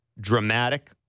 dramatic